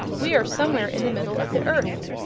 we are somewhere in the middle of the earth,